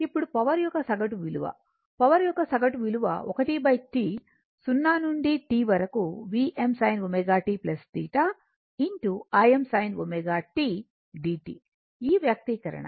ఇప్పుడు పవర్ యొక్క సగటు విలువ పవర్ యొక్క సగటు విలువ 1 T 0 నుండి T వరకు Vm sin ω t θ Im sin ω t dt ఈ వ్యక్తీకరణ